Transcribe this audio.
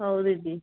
ହଉ ଦିଦି